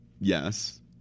Yes